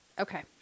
okay